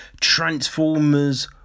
Transformers